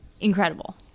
incredible